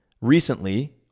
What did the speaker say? recently